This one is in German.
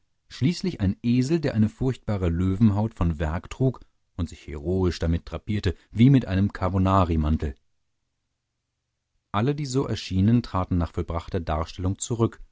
schließlich ein esel der eine furchtbare löwenhaut von werg trug und sich heroisch damit drapierte wie mit einem karbonarimantel alle die so erschienen traten nach vollbrachter darstellung zurück